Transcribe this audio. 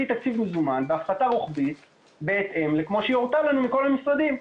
תקציב מזומן בהפחתה רוחבית בהתאם למה שהיא הורתה לנו בכל המשרדים.